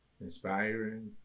inspiring